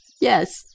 Yes